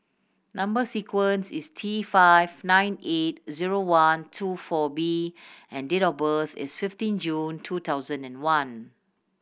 number sequence is T five nine eight zero one two four B and date of birth is fifteen June two thousand and one